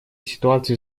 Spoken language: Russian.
ситуации